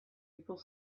people